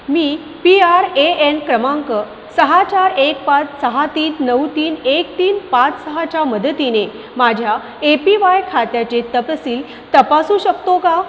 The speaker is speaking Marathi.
me P R A N क्रमांक सहा चार एक पाच सहा तीन नऊ तीन एक तीन पाच सहाच्या मदतीने माझ्या ए पी वाय खात्याचे तपशील तपासू शकतो का